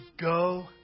go